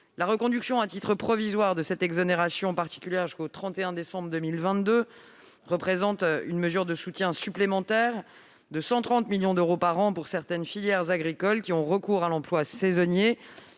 La reconduction à titre provisoire de cette exonération particulière jusqu'au 31 décembre 2022 représente une mesure de soutien supplémentaire de 130 millions d'euros par an, pour certaines filières agricoles ayant recours à l'emploi saisonnier.